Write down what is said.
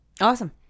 awesome